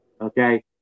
Okay